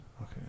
Okay